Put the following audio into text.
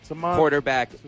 quarterback